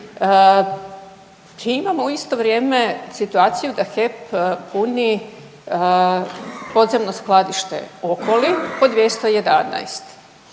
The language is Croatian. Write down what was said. imamo u isto vrijeme situaciju da HEP puni podzemno skladište Okoli po 211.